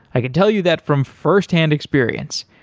i can tell you that from firsthand experience,